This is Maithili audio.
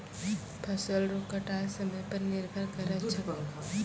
फसल रो कटाय समय पर निर्भर करै छै